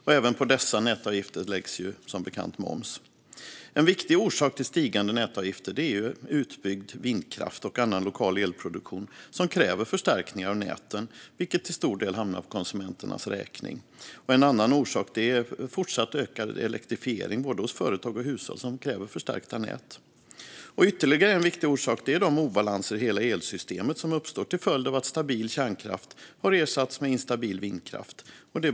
Och även på dessa nätavgifter läggs ju, som bekant, moms. En viktig orsak till stigande nätavgifter är utbyggd vindkraft och annan lokal elproduktion som kräver förstärkning av näten, vilket till stor del hamnar på konsumenternas räkning. En annan orsak är fortsatt ökad elektrifiering, både hos företag och hos hushåll, som kräver förstärkta nät. Ytterligare en viktig orsak är de obalanser som uppstår i hela elsystemet till följd av att stabil kärnkraft har ersatts med instabil vindkraft.